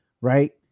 right